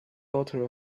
author